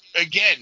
again